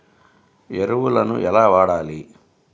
ఎరువులను ఎలా వాడాలి?